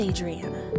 Adriana